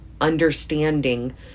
understanding